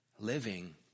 Living